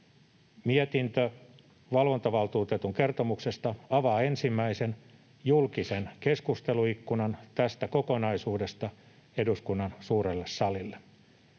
Mietintö valvontavaltuutetun kertomuksesta avaa ensimmäisen julkisen keskusteluikkunan tästä kokonaisuudesta eduskunnan suurelle salille.